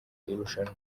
irushanwa